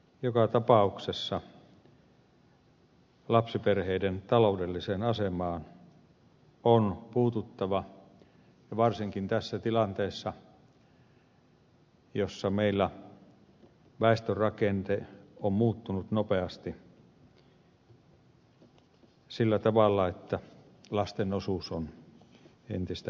joka tapauksessa lapsiperheiden taloudelliseen asemaan on puututtava varsinkin tässä tilanteessa jossa meillä väestörakenne on muuttunut nopeasti sillä tavalla että lasten osuus on entistä pienempi